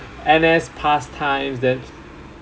N_S past times then